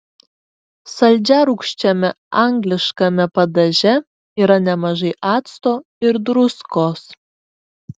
saldžiarūgščiame angliškame padaže yra nemažai acto ir druskos